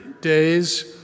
days